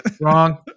Wrong